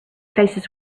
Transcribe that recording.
faces